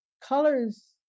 colors